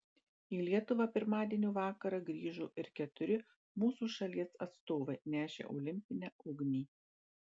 į lietuvą pirmadienio vakarą grįžo ir keturi mūsų šalies atstovai nešę olimpinę ugnį